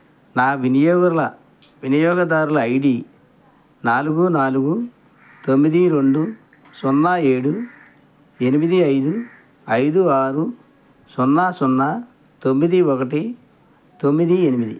నా వినియోగదారుల I D నాలుగు నాలుగు తొమ్మిది రెండు సున్నా ఏడు ఎనిమిది ఐదు ఐదు ఆరు సున్నా సున్నా తొమ్మిది ఒకటి తొమ్మిది ఎనిమిది